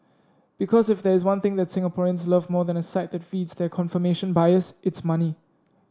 because if there is one thing that Singaporeans love more than a site that feeds their confirmation bias it's money